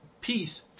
peace